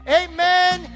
amen